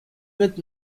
with